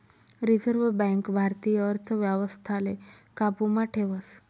reserve bank भारतीय अर्थव्यवस्थाले काबू मा ठेवस